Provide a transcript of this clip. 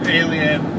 alien